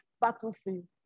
battlefield